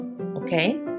okay